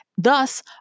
thus